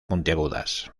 puntiagudas